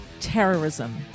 terrorism